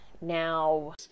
Now